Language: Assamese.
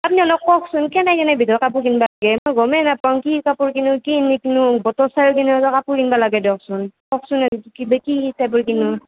আপুনি অলপ কওকচোন কেনে কেনে বিধৰ কাপোৰ কিনব লাগেই মই গমেই নাপাওঁ কি কাপোৰ কিনো কি নিকিনো বতৰ চায়ো কিতনবা কাপোৰ কিনব লাগেই দকচোন কওকচোন ইতা কি কাপোৰ কিনো